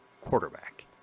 quarterback